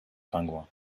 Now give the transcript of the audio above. penguins